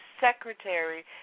secretary